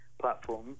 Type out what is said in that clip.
platform